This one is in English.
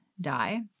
die